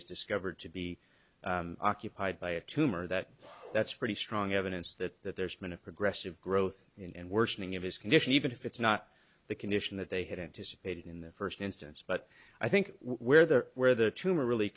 is discovered to be occupied by a tumor that that's pretty strong evidence that there's been a progressive growth in and worsening of his condition even if it's not the condition that they had anticipated in the first instance but i think where they're where the tumor really